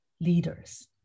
leaders